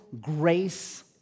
grace